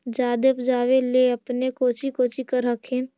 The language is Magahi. जादे उपजाबे ले अपने कौची कौची कर हखिन?